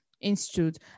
Institute